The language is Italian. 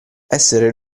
essere